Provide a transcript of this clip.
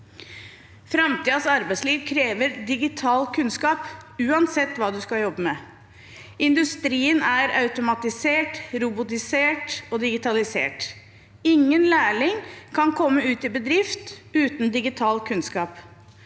Framtidens arbeidsliv krever digital kunnskap, uansett hva man skal jobbe med. Industrien er automatisert, robotisert og digitalisert. Ingen lærling kan komme ut i en bedrift uten digital kunnskap.